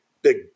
Big